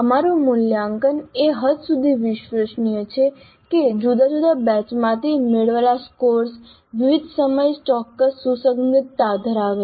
અમારું મૂલ્યાંકન એ હદ સુધી વિશ્વસનીય છે કે જુદા જુદા બેચમાંથી મેળવેલ સ્કોર્સ વિવિધ સમયે ચોક્કસ સુસંગતતા ધરાવે છે